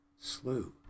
slew